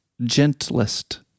gentlest